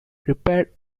repaired